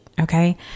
Okay